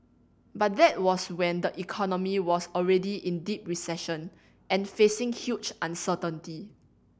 but that was when the economy was already in deep recession and facing huge uncertainty